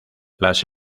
las